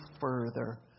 further